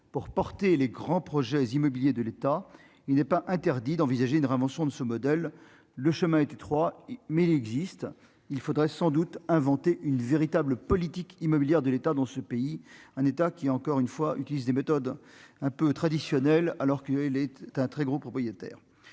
pour porter les grands projets immobiliers de l'État, il n'est pas interdit d'envisager une réinvention de ce modèle, le chemin est étroit mais il existe, il faudrait sans doute inventé une véritable politique immobilière de l'État dans ce pays un État qui, encore une fois, utilise des méthodes un peu traditionnel, alors qu'il est d'un très gros propriétaires,